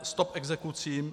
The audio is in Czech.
Stop exekucím!